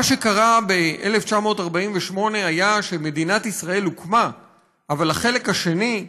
מה שקרה ב-1948 היה שמדינת ישראל הוקמה אבל החלק השני,